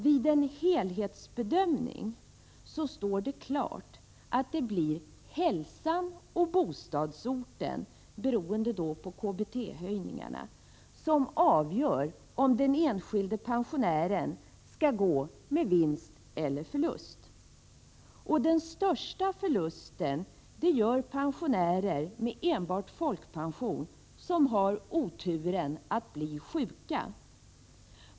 Vid en helhetsbedömning står det klart att det blir hälsan och — beroende på KBT-höjningarna — bostadsorten som avgör om den enskilde pensionären kommer att vinna eller förlora på detta paket. Den största förlusten gör pensionärer med enbart folkpension som har oturen att bli sjuka.